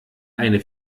eine